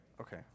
Okay